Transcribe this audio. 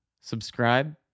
Subscribe